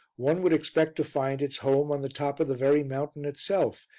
one would expect to find its home on the top of the very mountain itself,